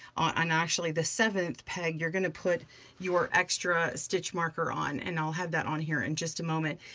on actually the seventh peg, you're gonna put your extra stitch marker on, and i'll have that on here in just a moment.